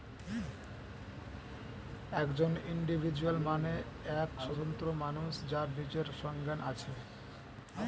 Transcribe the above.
একজন ইন্ডিভিজুয়াল মানে এক স্বতন্ত্র মানুষ যার নিজের সজ্ঞান আছে